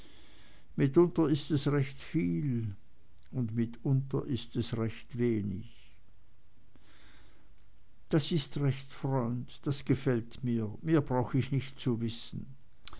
mitunter ist es recht viel und mitunter ist es recht wenig das ist recht freund das gefällt mir mehr brauch ich nicht zu wissen